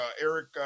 Eric